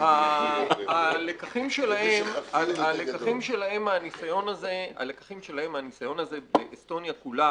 הלקחים שלהם מהניסיון הזה באסטוניה כולה